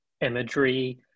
imagery